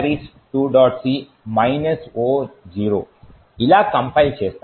c O0 ఇలా compile చేస్తాము